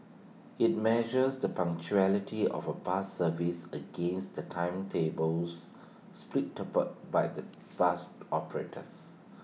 IT measures the punctuality of A bus services against the timetables by the bus operators